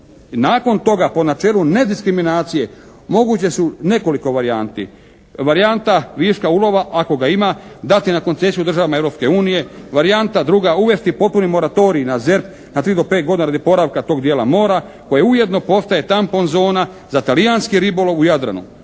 Nakon toga po načelu nediskriminacije moguće su nekoliko varijanti. Varijanta viška ulova ako ga ima dati na koncesiju državama Europske unije. Varijanta druga, uvesti potpuni moratorij na ZERP na tri do pet godina radi oporavka tog dijela mora koje ujedno postaje tampon zona za talijanski ribolov u Jadranu.